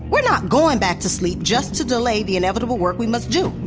we're not going back to sleep just to delay the inevitable work we must do!